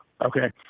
Okay